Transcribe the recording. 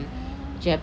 mmhmm